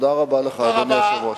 תודה רבה לך, אדוני היושב-ראש.